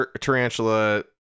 tarantula